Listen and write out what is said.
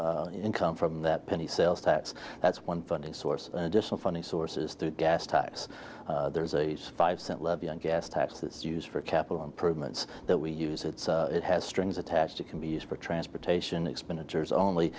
income from that penny sales tax that's one funding source an additional funding source is the gas tax there is a five cent levy on gas tax that's used for capital improvements that we use that it has strings attached to can be used for transportation expenditures only